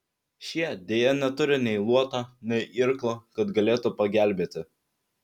šie deja neturi nei luoto nei irklo kad galėtų pagelbėti